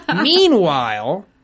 Meanwhile